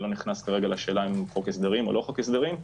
אני לא נכנס כרגע לשאלה אם חוק הסדרים או לא חוק הסדרים,